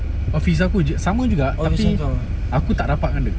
office aku ju~ sama juga tapi aku tak rapat dengan dia